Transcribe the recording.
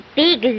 big